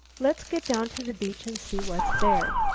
let's get down to the beach and see what's there.